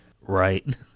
Right